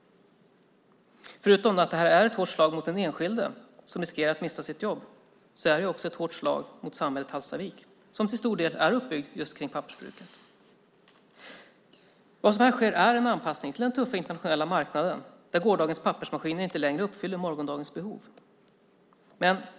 Förutom att det är ett hårt slag mot den enskilde som riskerar att mista sitt jobb är det också ett hårt slag mot samhället Hallstavik som till stor del är uppbyggt kring pappersbruket. Vad som här sker är en anpassning till den tuffa internationella marknaden där gårdagens pappersmaskiner inte längre uppfyller morgondagens behov.